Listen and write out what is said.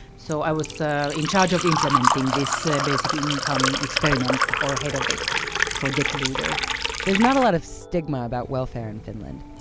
so i was so in charge of implementing this basic income experiment or head of it project leader there's not a lot of stigma about welfare in finland.